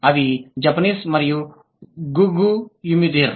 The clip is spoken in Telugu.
అవి జపనీస్ మరియు గుగు యిమిధీర్